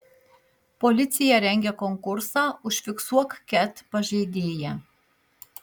policija rengia konkursą užfiksuok ket pažeidėją